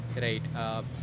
Right